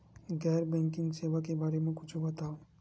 गैर बैंकिंग सेवा के बारे म कुछु बतावव?